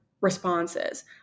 responses